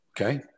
Okay